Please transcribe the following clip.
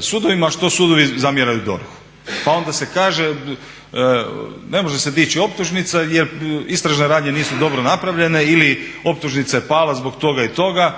sudovima, što sudovi zamjeraju DORH-u. Pa onda se kaže ne može se dići optužnica jer istražne radnje nisu dobro napravljene ili optužnica je pala zbog toga i toga